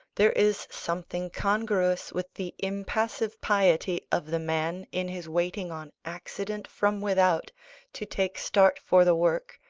there is something congruous with the impassive piety of the man in his waiting on accident from without to take start for the work,